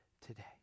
today